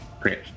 great